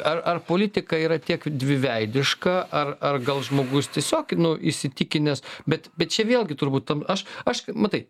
ar ar politika yra tiek dviveidiška ar ar gal žmogus tiesiog nu įsitikinęs bet bet čia vėlgi turbūt tam aš aš matai